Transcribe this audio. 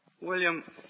William